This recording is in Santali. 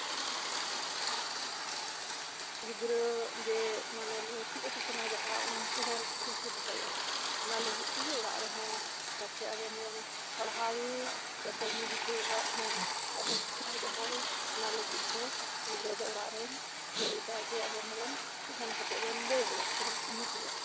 ᱜᱤᱫᱽᱨᱟᱹᱡᱮ ᱢᱟᱱᱮ ᱞᱮ ᱪᱮᱫ ᱟᱠᱩ ᱠᱟᱱᱟᱞᱮ ᱡᱟᱦᱟᱸ ᱩᱱᱠᱩ ᱦᱚᱸ ᱚᱱᱟ ᱵᱟᱠᱚ ᱫᱤᱥᱟᱹ ᱫᱚᱦᱚᱭᱟ ᱚᱱᱟ ᱞᱟᱹᱜᱤᱫ ᱛᱮᱜᱮ ᱚᱟᱜ ᱨᱮᱦᱚᱸ ᱡᱟᱛᱮ ᱟᱵᱮᱱ ᱵᱮᱱ ᱯᱟᱲᱦᱟᱣᱮ ᱡᱟᱛᱮ ᱟᱵᱮᱱ ᱨᱮᱱ ᱜᱤᱫᱽᱨᱟᱹᱣᱟᱜ ᱦᱚᱸ ᱟᱨᱦᱚᱸ ᱫᱤᱥᱟᱹᱭ ᱫᱚᱦᱚᱭ ᱚᱱᱟ ᱞᱟᱹᱜᱤᱫ ᱛᱮ ᱜᱤᱫᱽᱨᱟᱹ ᱫᱚ ᱚᱲᱟᱜ ᱨᱮ ᱟᱵᱮᱱ ᱦᱚᱸ ᱢᱤᱫ ᱫᱷᱟᱢ ᱠᱟᱛᱮ ᱵᱮᱱ ᱞᱟᱹᱭᱟ ᱭᱟ ᱥᱮ ᱵᱮᱱ ᱫᱩᱲᱩᱵᱮᱭᱟ